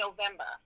November